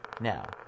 Now